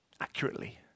accurately